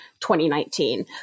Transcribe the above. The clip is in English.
2019